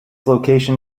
location